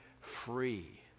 free